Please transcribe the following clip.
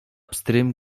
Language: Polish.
pstrym